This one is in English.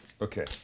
Okay